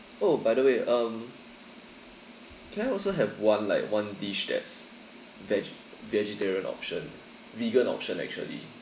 oh by the way um can I also have one like one dish that's veg~ vegetarian option vegan option actually